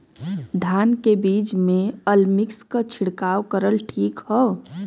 धान के बिज में अलमिक्स क छिड़काव करल ठीक ह?